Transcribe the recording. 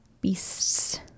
Beasts